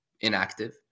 inactive